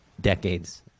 decades